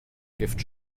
gift